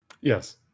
yes